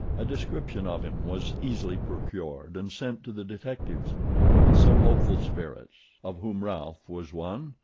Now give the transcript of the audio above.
a description of him was easily procured and sent to the detectives and some hopeful spirits, of whom ralph was one,